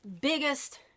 biggest